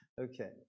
Okay